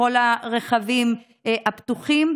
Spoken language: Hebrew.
בכל המרחבים הפתוחים,